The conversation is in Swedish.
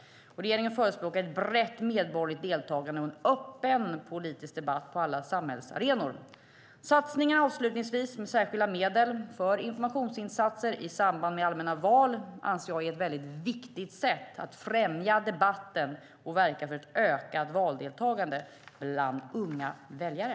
Regeringen förespråkar ett brett medborgerligt deltagande och en öppen politisk debatt på alla samhällsarenor. Satsningarna med särskilda medel för informationsinsatser i samband med allmänna val anser jag är ett väldigt viktigt sätt att främja debatten och verka för ett ökat valdeltagande bland unga väljare.